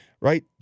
right